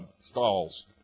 stalls